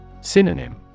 Synonym